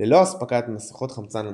ללא אספקת מסכות חמצן לנוסעים.